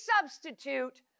substitute